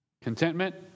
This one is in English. Contentment